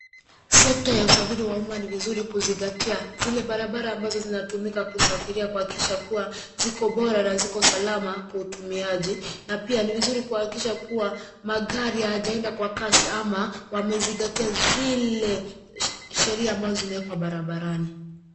Sekta ya usafiri wa umma ni vizuri kuzingatia zile barabara ambazo zinatumika kusafiria kuhakikisha ya kuwa ziko bora na ziko salama kwa utumiaji na pia ni vizuri kuhakikisha kuwa magari hayajaenda kwa kasi ama wamezingatia zile sheria ambao zimewekwa barabarani.